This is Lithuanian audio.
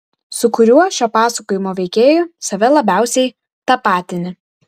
su kuriuo šio pasakojimo veikėju save labiausiai tapatini